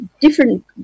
different